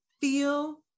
feel